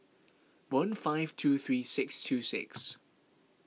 one five two three six two six